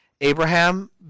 Abraham